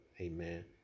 amen